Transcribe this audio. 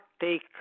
take